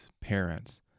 parents